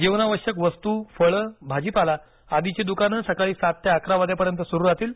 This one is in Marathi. जीवनावश्यक वस्तू फळे भाजीपाला आदीची दुकानं सकाळी सात ते अकरा वाजेपर्यंत सुरु राहतील